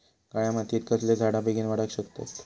काळ्या मातयेत कसले झाडा बेगीन वाडाक शकतत?